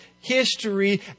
history